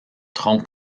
tronc